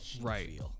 Right